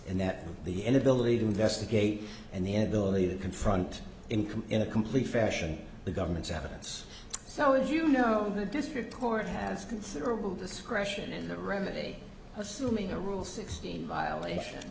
and that the inability to investigate and the ability to confront income in a complete fashion the government's evidence so and you know the district court has considerable discretion in the remedy assuming a rule sixteen violation